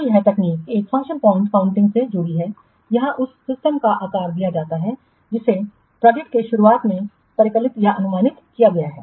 तो यह तकनीक एक फ़ंक्शन पॉइंट काउंटिंग से जुड़ी है यहां उस सिस्टम का आकार दिया गया है जिसे प्रोजेक्ट की शुरुआत में परिकलित या अनुमानित किया गया है